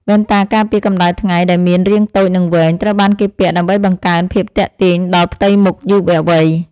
វ៉ែនតាការពារកម្ដៅថ្ងៃដែលមានរាងតូចនិងវែង ត្រូវបានគេពាក់ដើម្បីបង្កើនភាពទាក់ទាញដល់ផ្ទៃមុខយុវវ័យ។